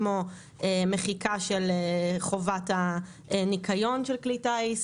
כמו מחיקה של חובת הניקיון של כלי טיס,